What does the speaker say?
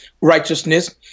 righteousness